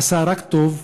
הוא עשה רק טוב,